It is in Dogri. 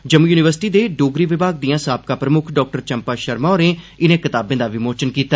जम्मू युनिवर्सिटी दे डोगरी विभाग दिआं साबका प्रमुक्ख डाक्टर चम्पा शर्मा होरें इनें कताबें दा विमोचन कीता